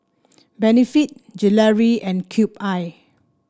Benefit Gelare and Cube I